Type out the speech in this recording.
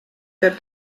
peab